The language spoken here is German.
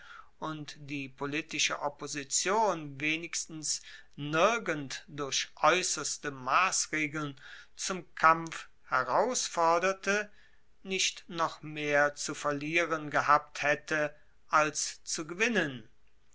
und die politische opposition wenigstens nirgend durch aeusserste massregeln zum kampf herausforderte nicht noch mehr zu verlieren gehabt haette als zu gewinnen